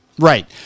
Right